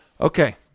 Okay